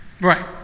Right